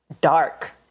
dark